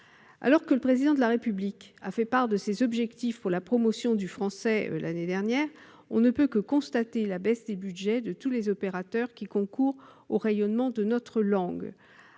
Alors que le Président de la République a fait part d'objectifs ambitieux pour la promotion du français l'an dernier, on ne peut que constater la baisse des budgets de tous les opérateurs qui concourent au rayonnement de notre langue.